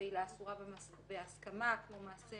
בעילה אסורה בהסכמה, כמו מעשה